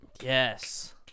Yes